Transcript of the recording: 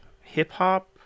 hip-hop